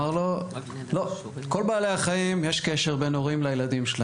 אמר לו הרב: אצל כל בעלי החיים יש קשר בין הורים לילדים,